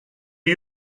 are